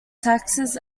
taxes